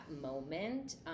moment